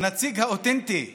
הנציג האותנטי והיחיד,